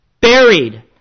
buried